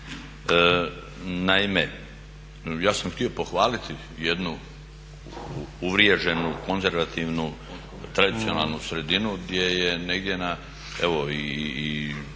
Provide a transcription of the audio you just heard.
Naime, ja sam htio pohvaliti jednu uvriježenu konzervativnu tradicionalnu sredinu gdje je negdje na,